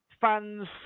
fans